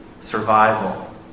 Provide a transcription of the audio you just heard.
survival